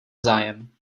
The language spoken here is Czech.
zájem